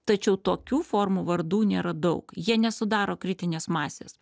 tačiau tokių formų vardų nėra daug jie nesudaro kritinės masės